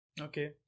Okay